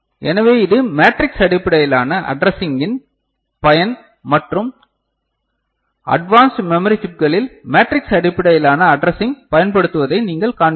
எனவே இது மேட்ரிக்ஸ் அடிப்படையிலான அட்ரெஸ்ஸிங்கின் பயன் மற்றும் அட்வான்ஸ்ட் மெமரி சிப்களில் மேட்ரிக்ஸ் அடிப்படையிலான அட்ரெஸ்ஸிங் பயன்படுத்துவதை நீங்கள் காண்பீர்கள்